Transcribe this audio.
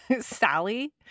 Sally